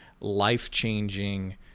life-changing